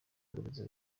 burozi